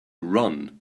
run